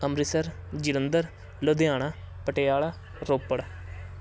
Amritsar Jalandhar Ludhiana Patiala Ropar